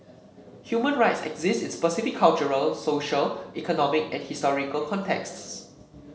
human rights exist in specific cultural social economic and historical contexts